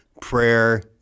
prayer